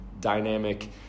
dynamic